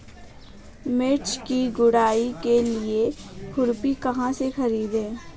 मिर्च की गुड़ाई के लिए खुरपी कहाँ से ख़रीदे?